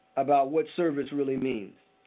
about what service really means.